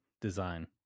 design